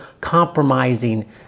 compromising